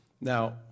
Now